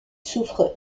souffre